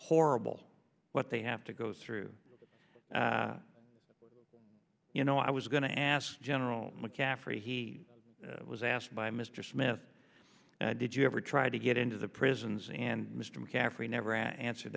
horrible what they have to go through you know i was going to ask general mccaffrey he was asked by mr smith did you ever try to get into the prisons and mr mccaffrey never answered